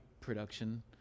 production